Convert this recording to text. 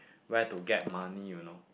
where to get money you know